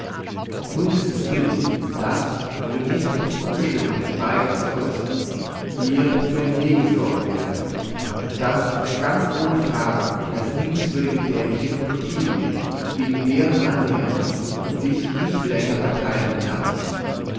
nun ist es billig daß wenn du nicht ins unbestimmte entweichen sollst dir für ein d gesorgt werde und das ist ganz ohne frage das liebenswürdige dämchen ottilie gegen deren annäherung du dich nicht länger verteidigen darfst